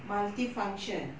multi function